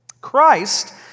Christ